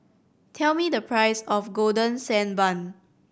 tell me the price of Golden Sand Bun